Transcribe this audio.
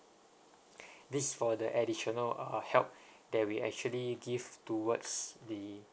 this for the additional uh help that we actually give towards the